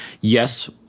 yes